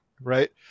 right